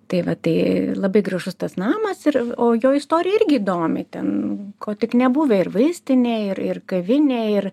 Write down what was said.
tai va tai labai gražus tas namas ir o jo istorija irgi įdomi ten ko tik nebuvę ir vaistinė ir ir kavinė ir